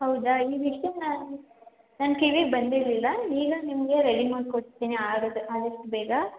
ಹೌದ ಈ ವಿಷಯ ನನ್ನ ಕಿವಿಗೆ ಬಂದಿರಲಿಲ್ಲ ಈಗ ನಿಮಗೆ ರೆಡಿ ಮಾಡಿ ಕೊಡ್ತೇನೆ ಅದ್ ಆದಷ್ಟು ಬೇಗ